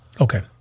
Okay